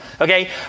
Okay